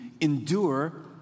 endure